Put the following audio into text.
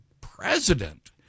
president